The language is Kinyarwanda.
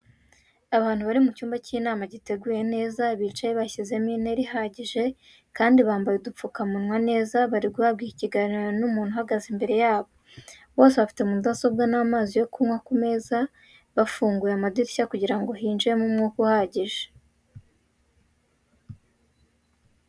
Abantu bari mu cyumba cy'inama giteguye neza bicaye bashyizemo intera ihagije kandi bambaye udupfukamunwa neza, bari guhabwa ikiganiro n'umuntu uhagaze imbere yabo, bose bafite mudasobwa n'amazi yo kunywa ku meza, bafunguye amadirishya kugira ngo hinjiremo umwuka uhagije.